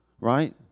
right